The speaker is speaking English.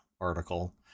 article